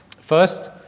First